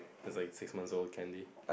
that's like six months old candy